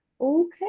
Okay